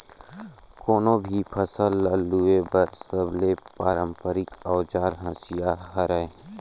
कोनो भी फसल ल लूए बर सबले पारंपरिक अउजार हसिया हरय